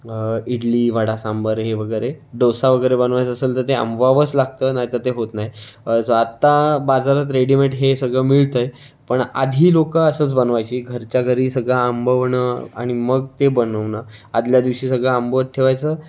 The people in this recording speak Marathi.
इडली वडा सांबार हे वगैरे डोसा वगैरे बनवायचा असेल तर ते आंबवावंच लागतं नाहीतर ते होत नाही आत्ता बाजारात रेडीमेड हे सगळं मिळतं आहे पण आधी लोकं असंच बनवायचे घरच्या घरी सगळं आंबवणं आणि मग ते बनवणं आदल्या दिवशी सगळं आंबवत ठेवायचं